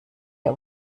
der